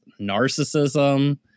narcissism